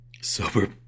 Sober